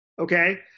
okay